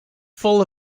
full